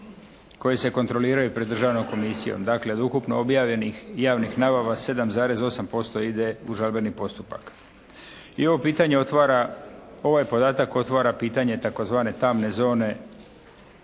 koji se kontroliraju pred Državnom komisijom, dakle od ukupno objavljenih javnih nabava 7,8% ide u žalbeni postupak. I ovo pitanje otvara ovaj podataka otvara pitanje tzv. tamne zone